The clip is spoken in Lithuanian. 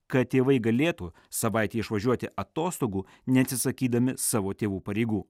kad tėvai galėtų savaitei išvažiuoti atostogų neatsisakydami savo tėvų pareigų